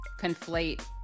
conflate